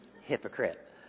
hypocrite